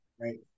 right